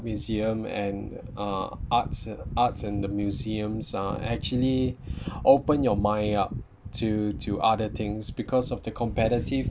museum and uh arts arts and the museums uh actually open your mind up to to other things because of the competitiveness